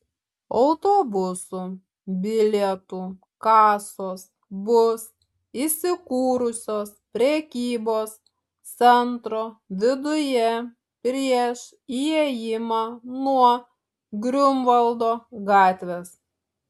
autobusų bilietų kasos bus įsikūrusios prekybos centro viduje prieš įėjimą nuo griunvaldo gatvės